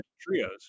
trios